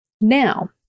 Now